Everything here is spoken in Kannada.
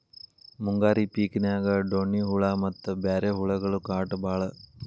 ಮುಂಗಾರಿ ಪಿಕಿನ್ಯಾಗ ಡೋಣ್ಣಿ ಹುಳಾ ಮತ್ತ ಬ್ಯಾರೆ ಹುಳಗಳ ಕಾಟ ಬಾಳ